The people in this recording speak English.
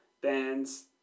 bands